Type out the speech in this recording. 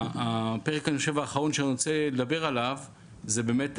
הפרק האחרון שאני רוצה לדבר עליו הוא על